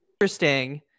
interesting